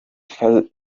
fazzo